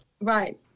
Right